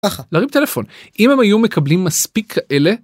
להרים טלפון אם הם היו מקבלים מספיק כאלה.